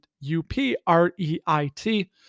U-P-R-E-I-T